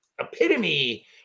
epitome